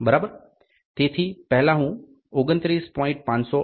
તેથી પહેલા હું 29